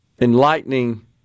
enlightening